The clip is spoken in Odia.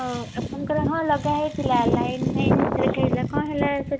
ଓ ଆପଣଙ୍କ ହଁ ଲଗା ହେଇଥିଲା ଲାଇନ୍ ଫାଇନ୍ ଲେଖା ହେଇଥିଲା କଣ ହେଲା ସେଥିରେ